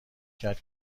کرد